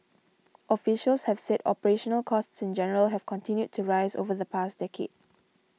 officials have said operational costs in general have continued to rise over the past decade